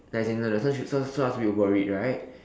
no as in no no so she so so I was a bit worried right